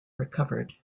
recovered